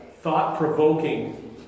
thought-provoking